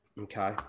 Okay